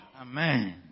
Amen